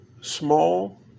small